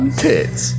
tits